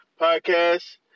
Podcast